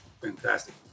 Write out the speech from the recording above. Fantastic